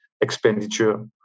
expenditure